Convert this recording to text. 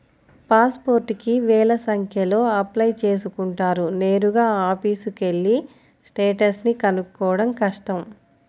pass పోర్టుకి వేల సంఖ్యలో అప్లై చేసుకుంటారు నేరుగా ఆఫీసుకెళ్ళి స్టేటస్ ని కనుక్కోడం కష్టం